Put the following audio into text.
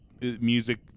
music